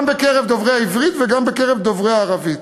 גם בקרב דוברי העברית וגם בקרב דוברי הערבית.